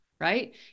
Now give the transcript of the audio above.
right